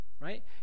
right